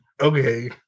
Okay